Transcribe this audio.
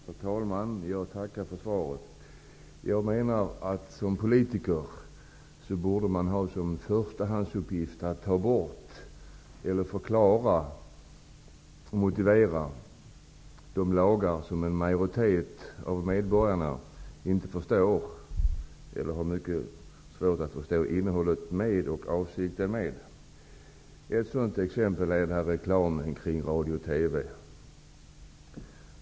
Herr talman! Jag tackar för svaret. En politiker borde ha som förstahandsuppgift att ta bort eller motivera de lagar som en majoritet av medborgarna har mycket svårt att förstå innehållet i eller avsikten med. Ett sådant exempel är bestämmelserna om reklamen i radio och TV.